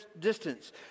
distance